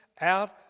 out